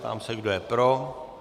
Ptám se, kdo je pro.